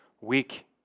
weak